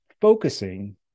focusing